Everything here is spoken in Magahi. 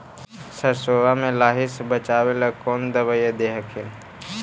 सरसोबा मे लाहि से बाचबे ले कौन दबइया दे हखिन?